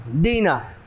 Dina